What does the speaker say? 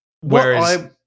Whereas